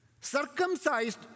Circumcised